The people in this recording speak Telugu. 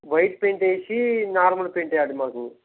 వైట్ పెయింట్ వేసి నార్మల్ పెయింట్ వేయాలి మాకు